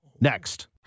next